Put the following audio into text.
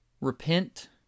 Repent